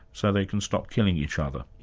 so they can stop killing each other.